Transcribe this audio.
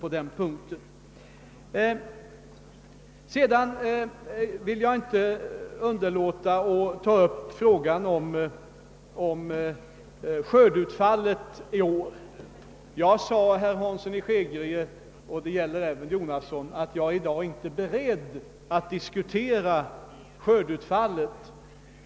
Jag kan inte underlåta att än en gång ta upp frågan om årets skördeutfall. Jag sade, herr Hansson i Skegrie och herr Jonasson, att jag i dag inte är beredd att diskutera skördeutfallet.